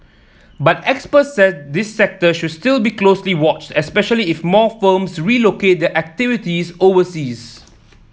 but experts said this sector should still be closely watched especially if more firms relocate their activities overseas